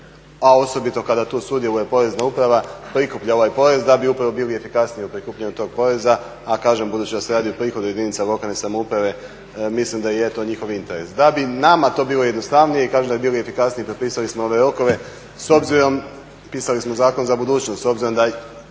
a osobito kada tu sudjeluje porezna uprava prikuplja ovaj porez da bi upravo bili efikasniji u prikupljanju tog poreza, a kažem budući da se radi o prihodu jedinica lokalne samouprave mislim da i je to njihov interes, da bi nama bilo to jednostavnije, i kažem da bi bili efikasniji propisali smo ove rokove s obzirom, pisali smo zakon za budućnost. S obzirom da